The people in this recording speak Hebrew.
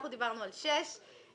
אנחנו דיברנו על שש.